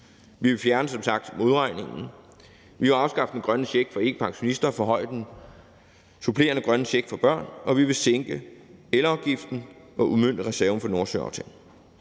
fjerne modregningen, afskaffe den grønne check for ikkepensionister og forhøje den supplerende grønne check for personer med børn, sænke elafgiften og udmønte reserven fra Nordsøaftalen.